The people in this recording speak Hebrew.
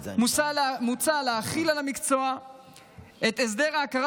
מוצע להחיל על המקצוע את הסדר ההכרה